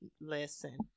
Listen